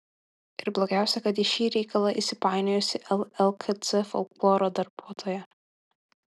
ir blogiausia kad į šį reikalą įsipainiojusi llkc folkloro darbuotoja